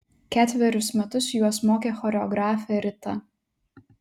ketverius metus juos mokė choreografė rita